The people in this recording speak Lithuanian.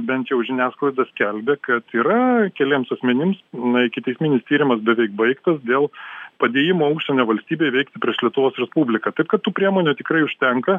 bent jau žiniasklaida skelbia kad yra keliems asmenims ikiteisminis tyrimas beveik baigtas dėl padėjimo užsienio valstybei veikti prieš lietuvos respubliką taip kad tų priemonių tikrai užtenka